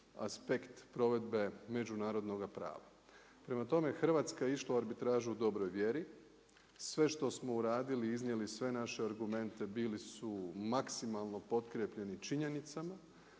aspekt provedbe međunarodnoga prava. Prema tome, Hrvatska je išla u arbitražu u dobroj vjeri. Sve što smo uradili iznijeli sve naše argumente bili su maksimalno potkrijepljeni činjenicama